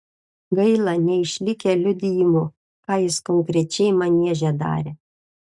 gaila neišlikę liudijimų ką jis konkrečiai manieže darė